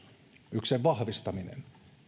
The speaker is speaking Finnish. sen vahvistamisessa